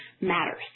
matters